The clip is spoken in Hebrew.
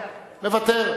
מוותר.